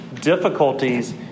difficulties